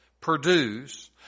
produce